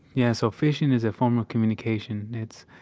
yeah, so fishin' is a form of communication. it's,